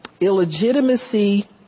Illegitimacy